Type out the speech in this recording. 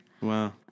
Wow